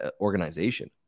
organization